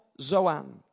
Zoan